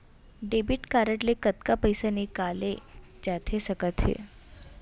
Debit card ले कतका पइसा निकाले जाथे सकत हे?